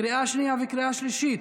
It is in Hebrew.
לקריאה שנייה וקריאה שלישית.